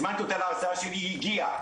הזמנתי אותה להרצאה שלי היא הגיעה,